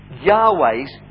Yahweh's